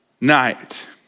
night